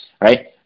right